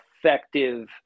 effective